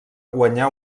guanyar